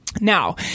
Now